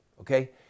okay